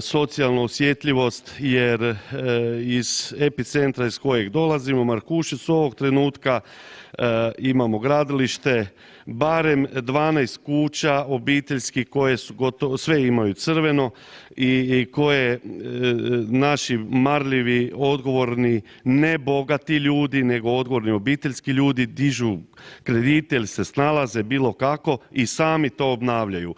socijalnu osjetljivost jer iz epicentra iz kojeg dolazim u Markuševcu ovog trenutka imamo gradilište barem 12 kuća obiteljskih koje su gotovo, sve imaju crveno i koje naši marljivi, odgovorni, ne bogati ljudi nego odgovorni obiteljski ljudi dižu kredite ili se snalaze bilo kako i sami to obnavljaju.